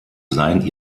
sein